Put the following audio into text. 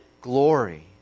glory